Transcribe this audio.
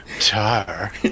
Tar